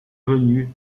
venu